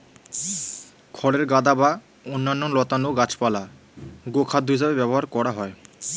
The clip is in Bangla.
খড়ের গাদা বা অন্যান্য লতানো গাছপালা গোখাদ্য হিসেবে ব্যবহার করা হয়